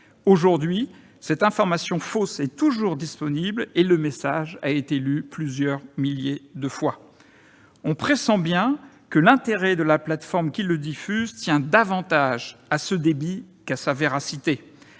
Aujourd'hui, cette information fausse est toujours disponible et le message a été lu plusieurs milliers de fois. On pressent bien que l'intérêt de la plateforme qui le diffuse tient davantage au débit qu'à la vérité.